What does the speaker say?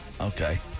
Okay